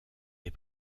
des